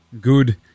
Good